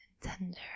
tender